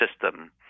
system